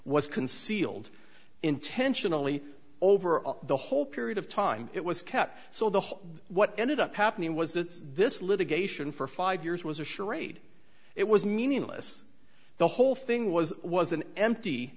was concealed intentionally over the whole period of time it was kept so the what ended up happening was that this litigation for five years was a charade it was meaningless the whole thing was was an empty